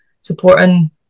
supporting